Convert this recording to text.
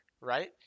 right